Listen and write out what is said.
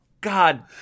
God